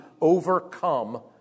overcome